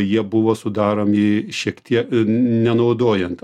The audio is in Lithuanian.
jie buvo sudaromi šiek tiek nenaudojant